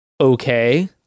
okay